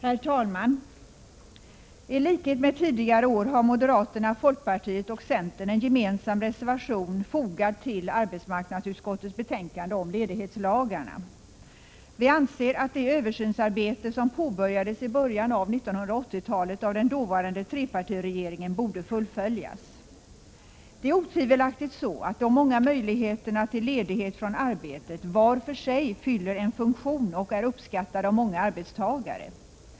Herr talman! I likhet med tidigare år har moderaterna, folkpartiet och centern en gemensam reservation fogad till arbetsmarknadsutskottets betänkande om ledighetslagarna. Vi anser att det översynsarbete som påbörjades i början av 1980-talet av den dåvarande trepartiregeringen borde fullföljas. Det är otvivelaktigt så, att de många möjligheterna till ledighet från arbetet var för sig fyller en funktion och är uppskattade av många arbetstagare.